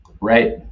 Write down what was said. right